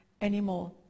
anymore